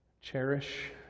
cherish